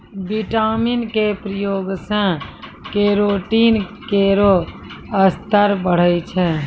vitamin क प्रयोग सें केरोटीन केरो स्तर बढ़ै छै